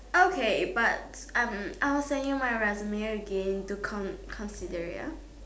okay but um I will send you my resume again to con~ to consider ya